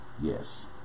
Yes